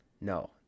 No